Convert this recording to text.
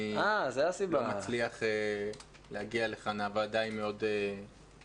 אני לא מצליח להגיע לכאן, הוועדה היא מאוד דורשת.